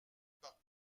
par